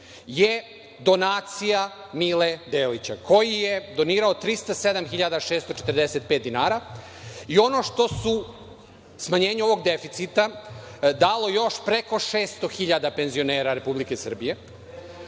je donacija Mila Delića, koji je donirao 307.645 dinara, i ono što su u smanjenje ovog deficita dali još preko 600 hiljada penzionera Republike Srbije